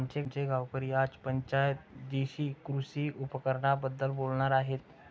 आमचे गावकरी आज पंचायत जीशी कृषी उपकरणांबद्दल बोलणार आहेत